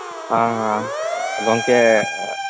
ᱦᱮᱸ ᱦᱮᱸ ᱜᱮᱢᱠᱮ